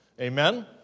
Amen